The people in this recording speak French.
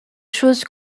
choses